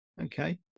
Okay